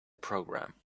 program